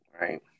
Right